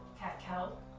cat-cow